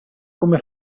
come